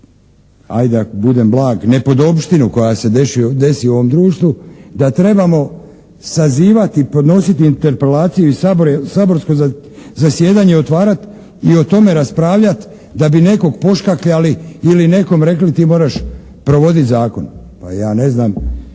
ak' budem blag nepodopštinu koja se desi u ovom društvu, da trebamo sazivati, podnositi interpelaciju iz Sabora, saborsko zasjedanje otvarati i o tome raspravljati da bi nekog poškakljali ili nekom rekli ti moraš provoditi zakon. Pa ja ne znam